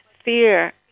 fear